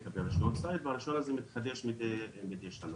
לקבל רישיון ציד והרישיון הזה מתחדש מידי שנה.